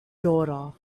daughter